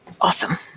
Awesome